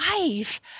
life